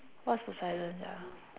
what's poseidon